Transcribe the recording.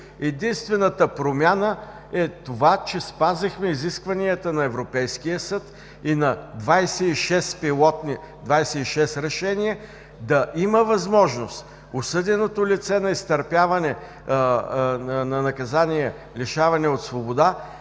Единствената промяна е това, че спазихме изискванията на Европейския съд и на 26 решения да има възможност осъденото лице на наказание лишаване от свобода